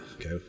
okay